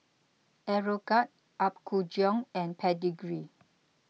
Aeroguard Apgujeong and Pedigree